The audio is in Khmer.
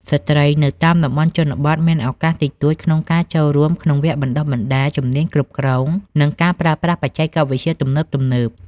ស្ត្រីនៅតាមតំបន់ជនបទមានឱកាសតិចតួចក្នុងការចូលរួមក្នុងវគ្គបណ្តុះបណ្តាលជំនាញគ្រប់គ្រង និងការប្រើប្រាស់បច្ចេកវិទ្យាទំនើបៗ។